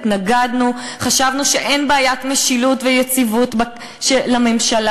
התנגדנו, חשבנו שאין בעיית משילות ויציבות לממשלה.